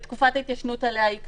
ותקופת ההתיישנות עליה היא קצרה,